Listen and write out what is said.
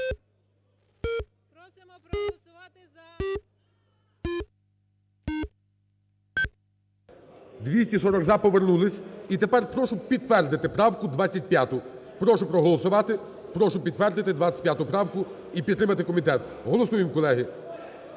Прошу підтримати. 11:04:43 За-240 Повернулися. І тепер прошу підтвердити правку 25. Прошу проголосувати, прошу підтвердити 25 правку і підтримати комітет. Голосуємо, колеги.